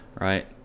right